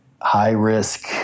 high-risk